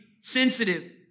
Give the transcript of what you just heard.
sensitive